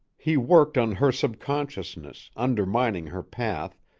he worked on her subconsciousness, undermining her path,